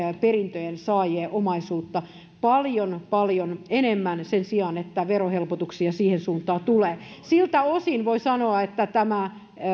perintöjen saajien omaisuutta paljon paljon enemmän sen sijaan että verohelpotuksia siihen suuntaan tulee siltä osin voi sanoa että tämä